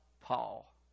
Paul